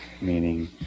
meaning